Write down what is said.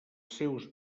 seus